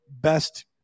best